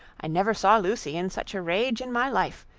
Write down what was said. i never saw lucy in such a rage in my life.